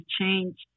change